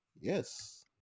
yes